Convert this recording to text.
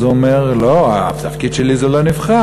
אז הוא אמר, התפקיד שלי לא נבחר.